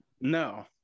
no